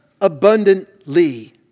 abundantly